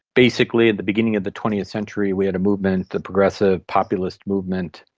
basically at the beginning of the twentieth century we had a movement, the progressive populist movement,